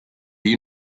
you